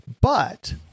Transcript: But-